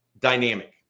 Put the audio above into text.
dynamic